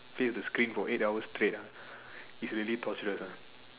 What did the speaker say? face the screen for eight hours straight ah is really torturous ah